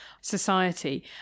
society